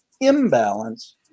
imbalance